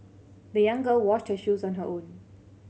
the young girl washed her shoes on her own